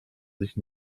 sich